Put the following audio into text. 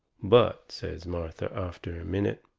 but, says martha, after a minute,